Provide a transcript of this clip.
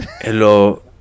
hello